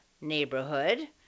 neighborhood